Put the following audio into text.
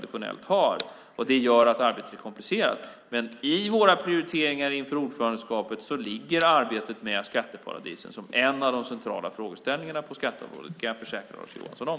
Det gör att arbetet är komplicerat. I våra prioriteringar inför ordförandeskapet ligger arbetet med skatteparadisen som en av de centrala frågeställningarna på skatteområdet. Det kan jag försäkra Lars Johansson.